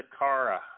Sakara